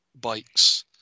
bikes